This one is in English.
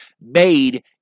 made